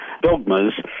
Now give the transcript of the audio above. dogmas